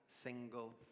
single